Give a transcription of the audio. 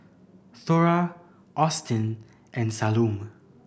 Thora Austin and Salome